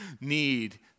need